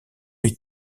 les